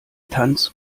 tanz